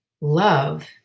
love